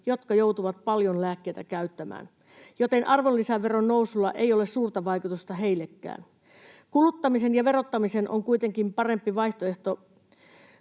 jotka joutuvat paljon lääkkeitä käyttämään, joten arvonlisäveron nousulla ei ole suurta vaikutusta heillekään. Kuluttamisen verottaminen on parempi vaihtoehto